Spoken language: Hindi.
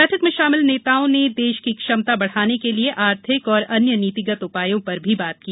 बैठक में शामिल नेताओं ने देश की क्षमता बढ़ाने के लिए आर्थिक और अन्य नीतिगत उपायों पर भी बात की